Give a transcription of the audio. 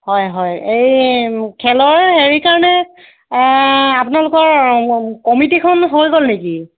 হয় হয় এই খেলৰ হেৰি কাৰণে আপোনালোকৰ কমিটিখন হৈ গ'ল নেকি